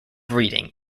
reading